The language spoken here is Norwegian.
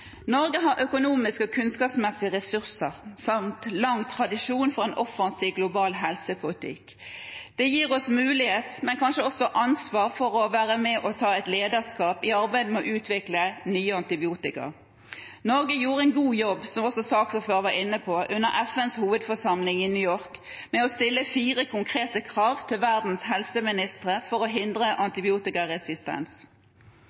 Norge har økonomiske og kunnskapsmessige ressurser samt lang tradisjon for en offensiv global helsepolitikk. Det gir oss mulighet, men kanskje også ansvar, for å være med og ta et lederskap i arbeidet med å utvikle nye antibiotika. Norge gjorde en god jobb, som også saksordføreren var inne på, under FNs hovedforsamling i New York med å stille fire konkrete krav til verdens helseministre for å hindre